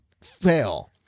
fail